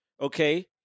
okay